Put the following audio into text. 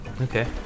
Okay